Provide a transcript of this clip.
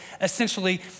essentially